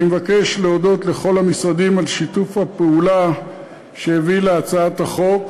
אני מבקש להודות לכל המשרדים על שיתוף הפעולה שהביא להצעת החוק.